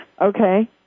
Okay